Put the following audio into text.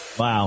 Wow